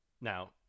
Now